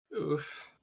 Oof